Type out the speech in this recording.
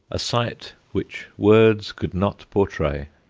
a sight which words could not portray.